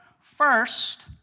first